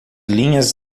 linhas